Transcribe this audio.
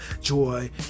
joy